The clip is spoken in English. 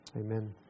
Amen